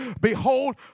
Behold